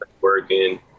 working